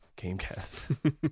Gamecast